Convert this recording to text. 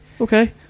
Okay